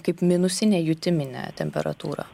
kaip minusinę jutiminę temperatūrą